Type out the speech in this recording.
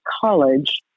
college